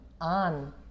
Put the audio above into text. on